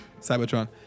Cybertron